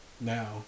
Now